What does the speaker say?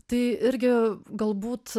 tai irgi galbūt